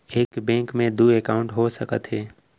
एक बैंक में दू एकाउंट हो सकत हे?